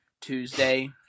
Tuesday